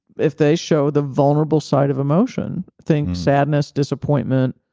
if they show the vulnerable side of emotion, think sadness disappointment,